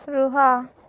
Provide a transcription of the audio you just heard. ରୁହ